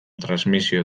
transmisio